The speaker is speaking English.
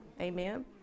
Amen